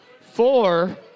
four